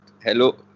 Hello